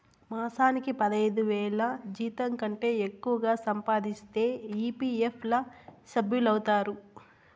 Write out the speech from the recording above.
మాసానికి పదైదువేల జీతంకంటే ఎక్కువగా సంపాదిస్తే ఈ.పీ.ఎఫ్ ల సభ్యులౌతారు